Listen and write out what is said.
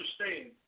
understand